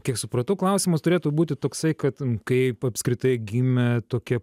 kiek supratau klausimas turėtų būti toksai kad kaip apskritai gimė tokia